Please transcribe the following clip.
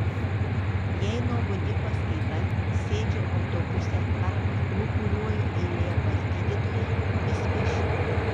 jei nuobodi paskaita sėdžiu autobuse ar lūkuriuoju eilėje pas gydytoją vis piešiu